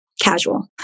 Casual